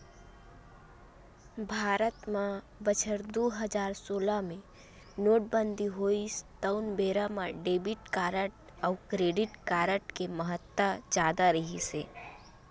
भारत म बछर दू हजार सोलह मे नोटबंदी होइस तउन बेरा म डेबिट कारड अउ क्रेडिट कारड के महत्ता जादा रिहिस हे